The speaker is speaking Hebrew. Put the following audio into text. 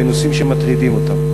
בנושאים שמטרידים אותם.